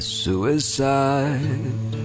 suicide